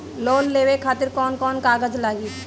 Loan लेवे खातिर कौन कौन कागज लागी?